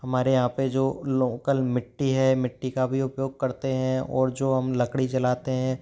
हमारे यहाँ पे जो लोकल मिट्टी है मिट्टी का भी उपयोग करते हैं और जो हम लकड़ी जलाते हैं